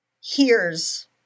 hears